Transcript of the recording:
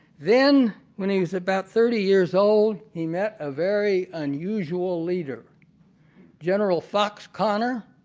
then when he was about thirty years old he met a very unusual leader general fox connor,